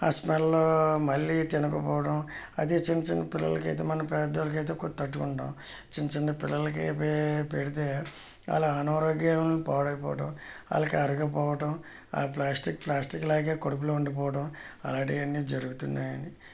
ఆ స్మెల్ మళ్లీ తినకపోవడం అది చిన్న చిన్న పిల్లలకు అయితే మనం పెద్దలకు అయితే కొద్దిగా తట్టుకుంటాం చిన్న చిన్న పిల్లలకి పెడితే వాళ్ళ అనారోగ్యం పాడైపోవడం వాళ్లకి అరగ పోవడం ఆ ప్లాస్టిక్ ప్లాస్టిక్లాగే కడుపులో ఉండిపోవడం అలాంటివన్ని జరుగుతున్నాయి అండి